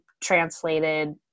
translated